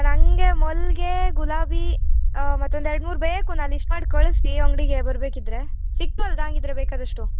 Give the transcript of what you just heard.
ನನಗೆ ಮಲ್ಲಿಗೆ ಗುಲಾಬಿ ಮತ್ತೊಂದು ಎರಡು ಮೂರು ಬೇಕು ನಾ ಲಿಸ್ಟ್ ಮಾಡಿ ಕಳಿಸಿ ಅಂಗಡಿಗೆ ಬರಬೇಕಿದ್ರೆ ಸಿಕ್ತಲ್ದಾ ಹಂಗಿದ್ರೆ ಬೇಕಾದಷ್ಟು